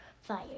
fire